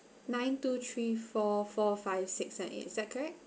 nine two three four four five six and eight it is that correct